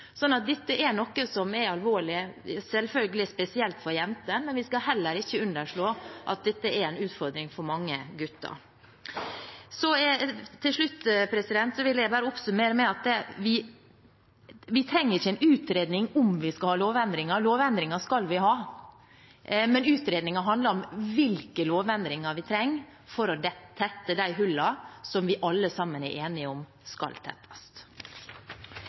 dette er noe som selvfølgelig er spesielt alvorlig for jenter, men vi skal heller ikke underslå at dette er en utfordring for mange gutter også. Til slutt vil jeg oppsummere med at vi ikke trenger en utredning av om vi skal ha lovendringer. Lovendringer skal vi ha, men utredningen handler om hvilke lovendringer vi trenger for å tette de hullene som vi alle sammen er enige om skal tettes.